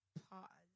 pause